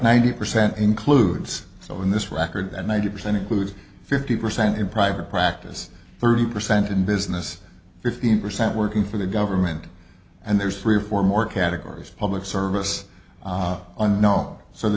ninety percent includes so in this record that ninety percent includes fifty percent in private practice thirty percent in business fifteen percent working for the government and there's three or four more categories of public service and no so the